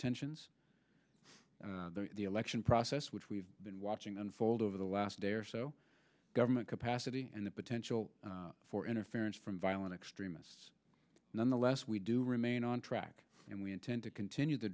tensions the election process which we've been watching unfold over the last day or so government capacity and the potential for interference from violent extremists nonetheless we do remain on track and we intend to continue the